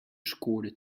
scoorde